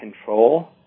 control